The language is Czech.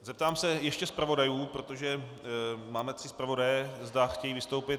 Zeptám se ještě zpravodajů, protože máme tři zpravodaje, zda chtějí vystoupit.